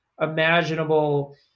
imaginable